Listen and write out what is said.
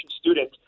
student